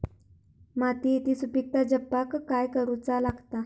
मातीयेची सुपीकता जपाक काय करूचा लागता?